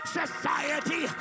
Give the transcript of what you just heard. society